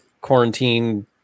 quarantine